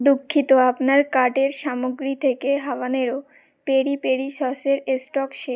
দুঃখিত আপনার কার্টের সামগ্রী থেকে হাওয়ানেরও পেরি পেরি সসের স্টক শেষ